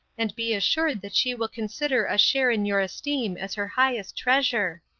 and be assured that she will consider a share in your esteem as her highest treasure.